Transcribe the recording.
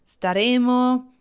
staremo